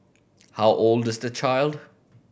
how old is the child